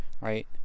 right